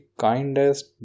kindest